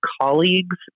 colleagues